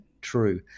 true